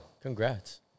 Congrats